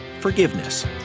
forgiveness